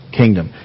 kingdom